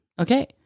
okay